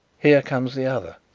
here comes the other,